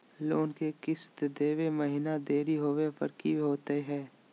Loan के किस्त देवे महिना देरी होवे पर की होतही हे?